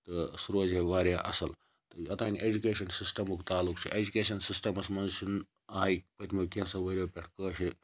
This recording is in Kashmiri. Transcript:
تہٕ سُہ روزہا واریاہ اصل تہٕ یوٚتانۍ ایٚجُکیشَن سِسٹَمُک تعلُق چھُ ایٚجُکیشَن سِسٹَمَس مَنٛز چھُنہٕ آے پٔتمیٚو کیٛنژَھو ؤریَو پیٚٹھ کٲشر